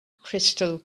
crystal